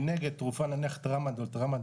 מנגד תרופה נניח טראמדקס